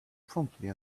promptly